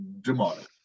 demonic